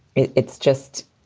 it's it's just